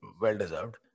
well-deserved